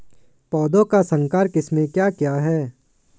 पौधों की संकर किस्में क्या क्या हैं?